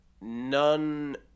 none